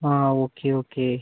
okay okay